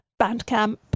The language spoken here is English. Bandcamp